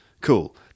cool